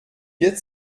wird